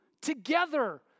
together